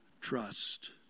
trust